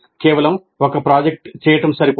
కేవలం ఒక ప్రాజెక్ట్ చేయడం సరిపోదు